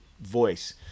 voice